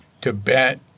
Tibet